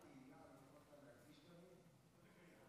אדוני.